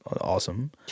awesome